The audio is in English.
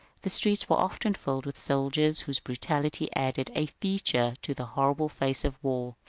the streets were often filled with soldiers whose brutality added a feature to the horrible face of war.